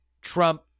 Trump